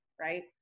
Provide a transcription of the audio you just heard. right